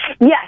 yes